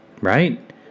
right